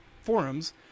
forums